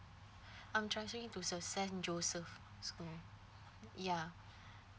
I'm transferring him to the saint joseph school ya